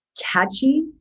catchy